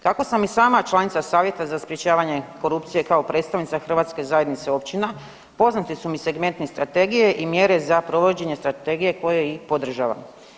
Kako sam i sama članica savjeta za sprječavanje korupcije kao predstavnica hrvatske zajednice općina poznate su mi segmenti strategije i mjere za provođenje strategije koje i podržavam.